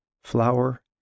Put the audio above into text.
Flower